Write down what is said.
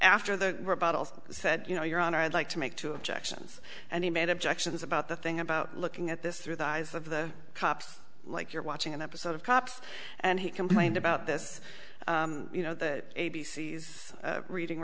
after the rebuttals said you know your honor i'd like to make two objections and he made objections about the thing about looking at this through the eyes of the cops like you're watching an episode of cops and he complained about this you know the a b c s reading